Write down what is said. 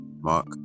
Mark